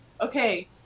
okay